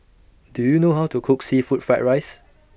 Do YOU know How to Cook Seafood Fried Rice